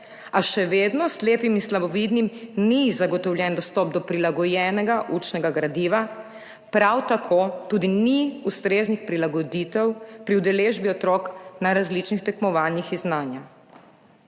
a še vedno slepim in slabovidnim ni zagotovljen dostop do prilagojenega učnega gradiva, prav tako tudi ni ustreznih prilagoditev pri udeležbi otrok na različnih tekmovanjih iz znanja.